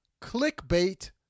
clickbait